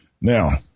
Now